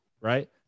right